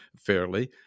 fairly